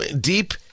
deep